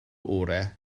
orau